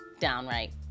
downright